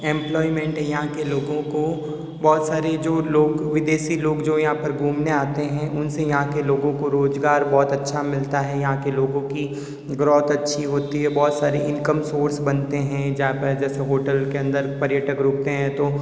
employment यहाँ के लोगों को बहुत सारे जो लोग विदेशी लोग जो यहाँ पर घूमने आते हैं उनसे यहाँ के लोगों को रोजगार बहुत अच्छा मिलता है यहाँ के लोगों की ग्रोथ अच्छी होती है बहुत सारी इनकम सोर्स बनते हैं जहाँ पर जैसे होटल के अंदर पर्यटक रुकते हैं तो